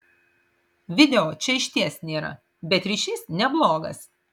video čia išties nėra bet ryšys neblogas